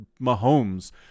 Mahomes